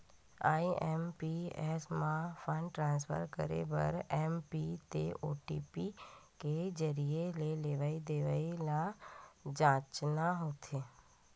IMPS म fund transfer करे बर एमपिन ते ओ.टी.पी के जरिए म लेवइ देवइ ल जांचना होथे